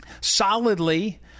Solidly